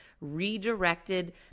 redirected